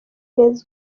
neza